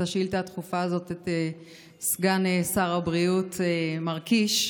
השאילתה הדחופה הזאת את סגן שר הבריאות מר קיש.